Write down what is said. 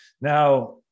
now